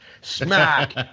smack